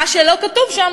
מה שלא כתוב שם,